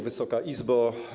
Wysoka Izbo!